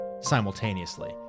simultaneously